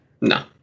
No